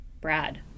Brad